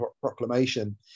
Proclamation